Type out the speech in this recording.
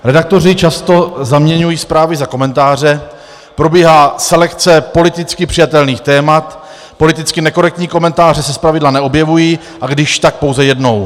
Redaktoři často zaměňují zprávy za komentáře, probíhá selekce politicky přijatelných témat, politicky nekorektní komentáře se zpravidla neobjevují, a když, tak pouze jednou.